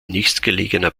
nächstgelegener